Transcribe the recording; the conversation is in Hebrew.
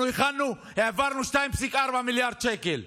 העברנו 2.4 מיליארד שקל.